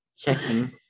Checking